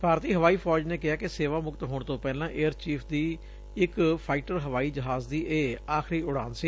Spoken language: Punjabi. ਭਾਰਤੀ ਹਵਾਈ ਫੌਜ ਨੇ ਕਿਹੈ ਕਿ ਸੇਵਾ ਮੁਕਤ ਹੋਣ ਤੋਂ ਪਹਿਲਾਂ ਏਅਰ ਚੀਫ਼ ਦੀ ਇਕ ਫਾਈਟਰ ਹਵਾਈ ਜਹਾਜ਼ ਦੀ ਇਹ ਆਖਰੀ ਉਡਾਨ ਸੀ